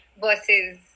versus